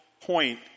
point